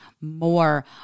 more